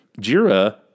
Jira